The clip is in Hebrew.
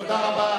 תודה רבה.